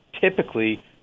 typically